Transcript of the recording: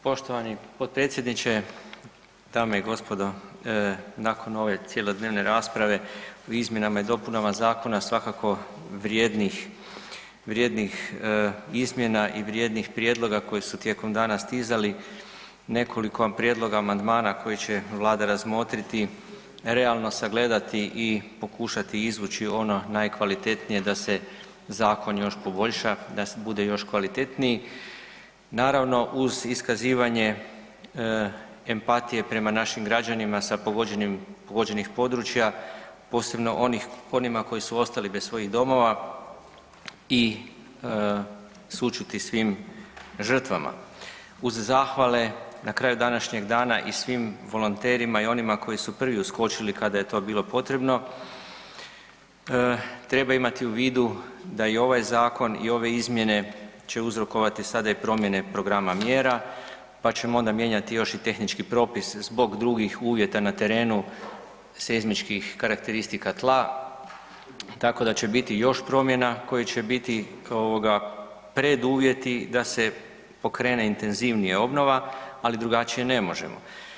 Poštovani potpredsjedniče, dame i gospodo nakon ove cjelodnevne rasprave o izmjenama i dopunama zakona svakako vrijednih izmjena i vrijednih prijedloga koji su tijekom dana stizali nekoliko prijedloga amandmana koji će Vlada razmotriti, realno sagledati i pokušati izvući ono najkvalitetnije da se zakon još poboljša, da bude još kvalitetniji naravno uz iskazivanje empatije prema našim građanima sa pogođenih područja posebno onima koji su ostali bez svojih domova i sućuti svim žrtvama uz zahvale na kraju današnjeg dana i svim volonterima i onima koji su prvi uskočili kada je to bilo potrebno treba imati u vidu da i ovaj zakon i ove izmjene će uzrokovati sada i promjene programa mjera pa ćemo onda mijenjati još i tehnički propis zbog drugih uvjeta na terenu seizmičkih karakteristika tla, tako da će biti još promjena koje će biti preduvjeti da se pokrene intenzivnije obnova ali drugačije ne možemo.